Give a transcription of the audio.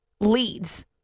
leads